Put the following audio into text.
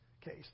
case